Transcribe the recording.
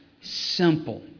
simple